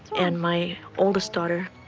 and my oldest daughter,